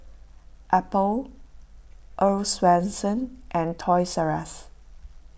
Apple Earl's Swensens and Toys Rus